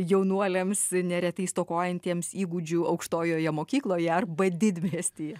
jaunuoliams neretai stokojantiems įgūdžių aukštojoje mokykloje arba didmiestyje